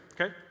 okay